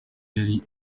yari